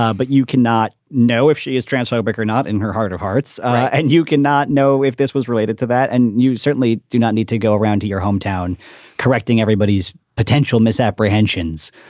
ah but you cannot know if she is transphobic or not in her heart of hearts. and you can not know if this was related to that. and you certainly do not need to go around to your hometown correcting everybody's potential misapprehensions.